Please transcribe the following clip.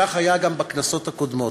כך היה גם בכנסות הקודמות.